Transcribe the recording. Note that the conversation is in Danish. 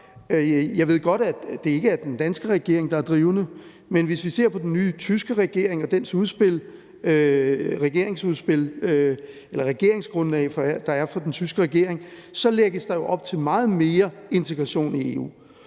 Jeg ved godt, at det ikke er den danske regering, der er drivende, men hvis vi ser på den nye tyske regering og det regeringsgrundlag, der er for den tyske regering, lægges der jo op til meget mere integration i EU.